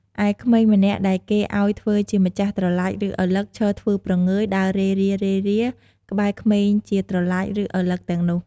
ឯក្មេងម្នាក់ដែលគេឲ្យ ធ្វើជាម្ចាស់ត្រឡាច ឬឪឡឹកឈរធ្វើព្រងើយ ដើររេរាៗ ក្បែរក្មេងជាត្រឡាច ឬ ឪឡឹកទាំងនោះ។